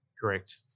Correct